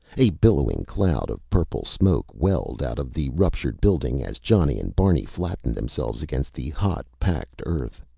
a billowing cloud of purple smoke welled out of the ruptured building as johnny and barney flattened themselves against the hot, packed earth.